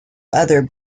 other